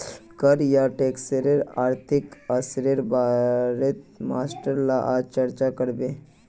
कर या टैक्सेर आर्थिक असरेर बारेत मास्टर ला आज चर्चा करबे